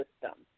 system